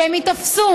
שהם ייתפסו.